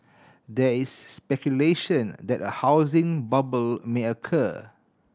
there is speculation that a housing bubble may occur